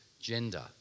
gender